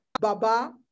Baba